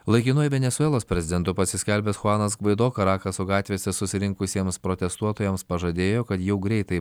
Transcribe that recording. laikinuoju venesuelos prezidentu pasiskelbęs chuanas gvaido karakaso gatvėse susirinkusiems protestuotojams pažadėjo kad jau greitai